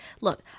look